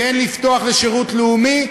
כן לפתוח לשירות לאומי,